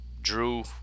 Drew